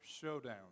showdown